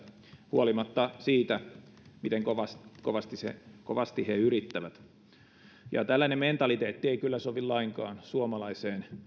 huolimatta siitä miten kovasti he yrittävät tällainen mentaliteetti ei kyllä sovi lainkaan suomalaiseen